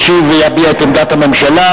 ישיב ויביע את עמדת הממשלה,